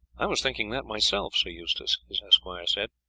i was thinking that myself, sir eustace, his esquire said.